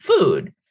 food